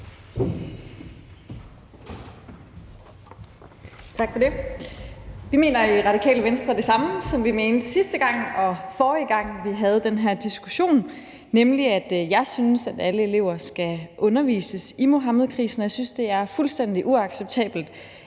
Tak for det. Vi mener i Radikale Venstre det samme, som vi mente sidste gang og forrige gang, vi havde den her diskussion, nemlig at alle elever skal undervises i Muhammedkrisen. Jeg synes, det er fuldstændig uacceptabelt,